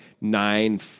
nine